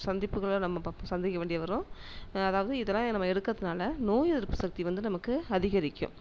சந்திப்புகளை நம்ம பார்ப்போம் சந்திக்க வேண்டியது வரும் அதாவது இதெல்லாம் நம்ம எடுக்கறதுனால நோய் எதிர்ப்பு சக்தி வந்து நமக்கு அதிகரிக்கும்